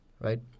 right